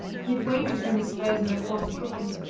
midway between the spurs and the port of crooken,